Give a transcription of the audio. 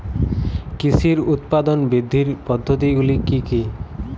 কৃষির উৎপাদন বৃদ্ধির পদ্ধতিগুলি কী কী?